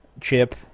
Chip